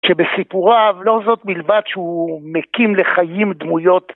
שבסיפוריו, לא זאת מלבד שהוא מקים לחיים דמויות